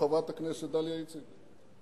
חברת הכנסת דליה איציק,